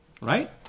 Right